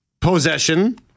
possession